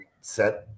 set